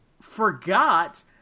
forgot